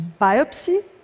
biopsy